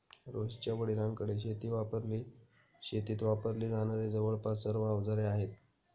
रोहितच्या वडिलांकडे शेतीत वापरली जाणारी जवळपास सर्व अवजारे आहेत